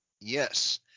Yes